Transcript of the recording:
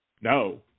No